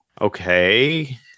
okay